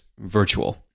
virtual